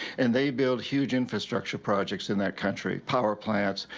and they build huge infrastructure projects in that country power plants,